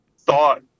thought